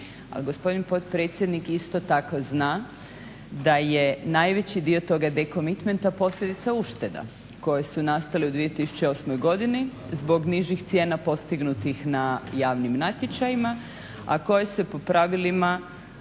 gospodin potpredsjednik isto tako zna da je najveći dio toga decommitmenta posljedica ušteda koje su nastale u 2008.godini zbog nižih cijena postignutih na javnim natječajima a koja se po pravilima